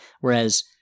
Whereas